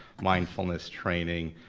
mindfulness training,